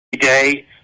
day